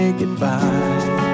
goodbye